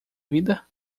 vida